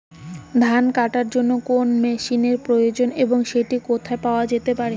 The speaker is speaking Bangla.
ধান কাটার জন্য কোন মেশিনের প্রয়োজন এবং সেটি কোথায় পাওয়া যেতে পারে?